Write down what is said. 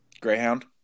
Greyhound